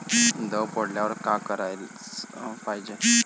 दव पडल्यावर का कराच पायजे?